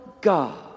God